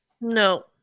No